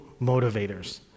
motivators